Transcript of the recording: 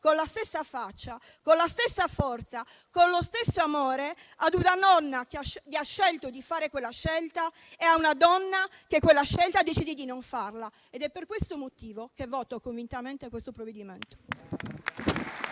con la stessa faccia, con la stessa forza, con lo stesso amore, ad una donna che ha deciso di fare quella scelta e a una donna che quella scelta decide di non farla. È per questo motivo che voterò convintamente il provvedimento